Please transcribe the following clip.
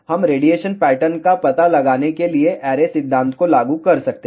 और हम radiation pattern का पता लगाने के लिए ऐरे सिद्धांत को लागू कर सकते हैं